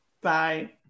Bye